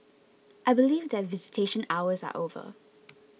I believe that visitation hours are over